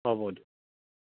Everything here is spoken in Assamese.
হ'ব দিয়ক